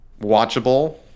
watchable